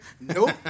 Nope